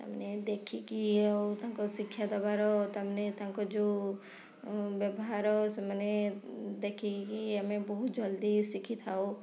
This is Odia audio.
ତାମାନେ ଦେଖିକି ଇଏ ହଉ ତାଙ୍କ ଶିକ୍ଷା ଦେବାର ତାମାନେ ତାଙ୍କ ଯେଉଁ ବ୍ୟବହାର ସେମାନେ ଦେଖିକି ଆମେ ବହୁତ ଜଲ୍ଦି ଶିଖିଥାଉ